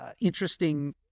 interesting